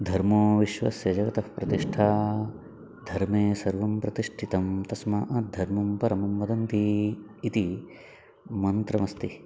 धर्मो विश्वस्य जगतः प्रतिष्ठा धर्मे सर्वं प्रतिष्ठितं तस्मात् धर्मं परमं वदन्ति इति मन्त्रमस्ति